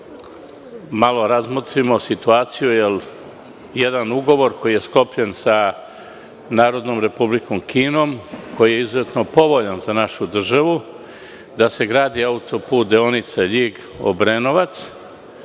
malo razmotrimo situaciju. Ovo je jedan ugovor koji je sklopljen sa Narodnom Republikom Kinom, koji je izuzetno povoljan za našu državu da se gradi auto-put, deonica Ljig-Obrenovac. Ušli